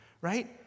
right